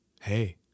Hey